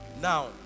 now